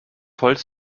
holz